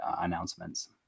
announcements